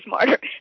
smarter